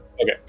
Okay